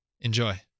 Enjoy